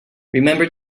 remember